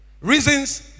Reasons